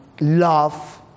love